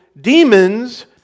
demons